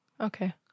Okay